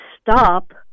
stop